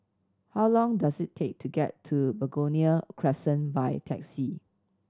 how long does it take to get to Begonia Crescent by taxi